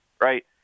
right